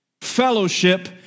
Fellowship